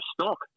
stock